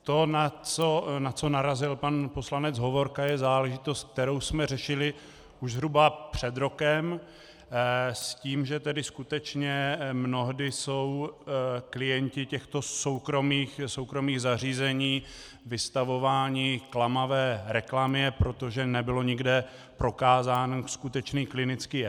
To, na co narazil pan poslanec Hovorka, je záležitost, kterou jsme řešili už zhruba před rokem s tím, že tedy skutečně mnohdy jsou klienti těchto soukromých zařízení vystavováni klamavé reklamě, protože nebyl nikde prokázán skutečný klinický efekt.